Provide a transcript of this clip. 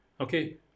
Okay